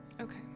Okay